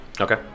okay